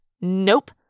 Nope